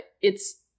it's-